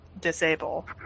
disable